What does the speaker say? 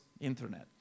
Internet